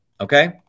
Okay